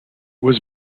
was